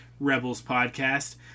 RebelsPodcast